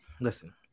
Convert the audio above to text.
listen